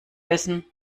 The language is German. essen